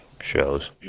shows